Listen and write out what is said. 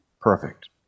perfect